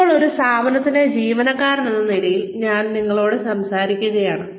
ഇപ്പോൾ ഒരു സ്ഥാപനത്തിലെ ജീവനക്കാരൻ എന്ന നിലയിൽ ഞാൻ നിങ്ങളോട് സംസാരിക്കുകയാണ്